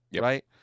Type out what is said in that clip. right